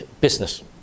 business